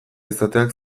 izateak